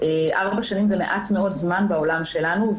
ארבע שנים זה מעט מאוד זמן בעולם שלנו.